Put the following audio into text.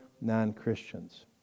non-Christians